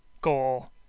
goal